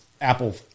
Apple